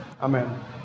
Amen